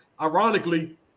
ironically